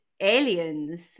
aliens